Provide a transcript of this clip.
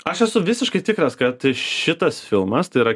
aš esu visiškai tikras kad šitas filmas tai yra